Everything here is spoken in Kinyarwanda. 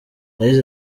yagize